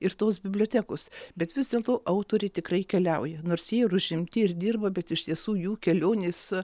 ir tos bibliotekos bet vis dėlto autoriai tikrai keliauja nors jie ir užimti ir dirba bet iš tiesų jų kelionė su